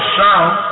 sound